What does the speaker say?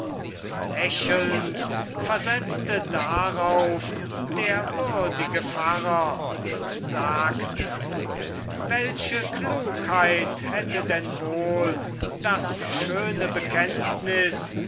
lächelnd versetzte darauf der würdige pfarrer und sagte welche klugheit hätte denn wohl das schöne bekenntnis